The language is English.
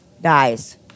dies